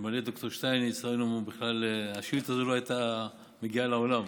אלמלא ד"ר שטייניץ השאילתה הזאת לא הייתה מגיעה לעולם,